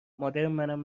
مادرمنم